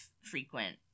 frequent